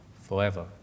forever